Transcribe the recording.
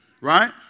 right